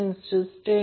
आणि हा बिंदू N आहे